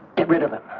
get rid of it.